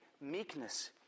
meekness